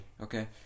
Okay